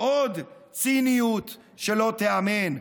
עוד ציניות שלא תיאמן,